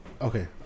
Okay